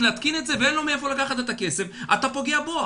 להתקין את זה ואין לו מאיפה לקחת את הכסף אתה פוגע בו,